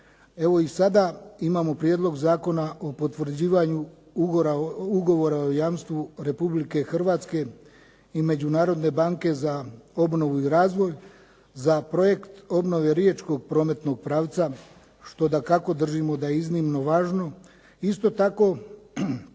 Evo i sada imamo Prijedlog zakona o potvrđivanju Ugovora o jamstvu Republike Hrvatske i Međunarodne banke za obnovu i razvoj za projekt obnove riječkog prometnog pravca što dakako držimo da je iznimno važno. Isto tako,